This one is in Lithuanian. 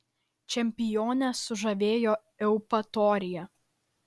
čempionę sužavėjo eupatorija